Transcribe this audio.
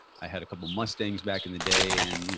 i had a couple mustangs back in the day and you know,